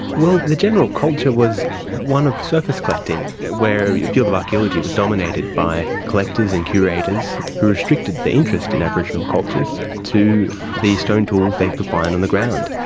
well, the general culture was one of surface collecting where the yeah field of archaeology was dominated by collectors and curators who restricted the interest in aboriginal cultures to the stone tools they could find on the ground,